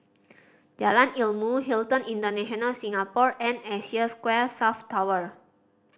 Jalan Ilmu Hilton International Singapore and Asia Square South Tower